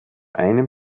einem